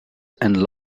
and